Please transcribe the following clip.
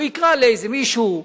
הוא יקרא לאיזה מישהו,